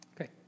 Okay